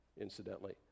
Incidentally